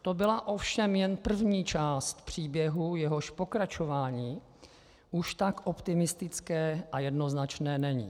To byla ovšem jen první část příběhu, jehož pokračování už tak optimistické a jednoznačné není.